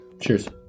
Cheers